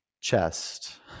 chest